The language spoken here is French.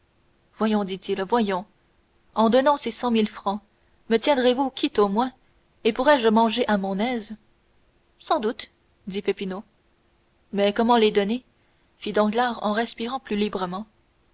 voyons dit-il voyons en donnant ces cent mille francs me tiendrez-vous quitte au moins et pourrai-je manger à mon aise sans doute dit peppino mais comment les donner fit danglars en respirant plus librement